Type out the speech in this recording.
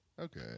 okay